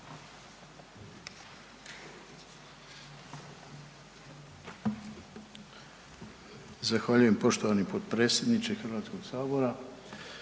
Hvala lijepo poštovani potpredsjedniče Hrvatskog sabora.